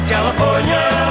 California